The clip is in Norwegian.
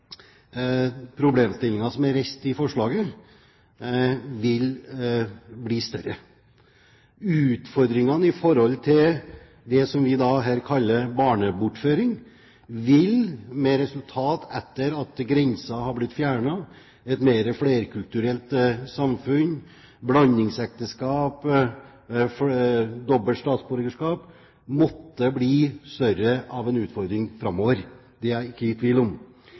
som er reist i forslaget, vil bli større. Utfordringene i forbindelse med det vi her kaller barnebortføring, vil som et resultat av at grenser har blitt fjernet, et mer flerkulturelt samfunn, blandingsekteskap og doble statsborgerskap, måtte bli større framover – det er jeg ikke i tvil om.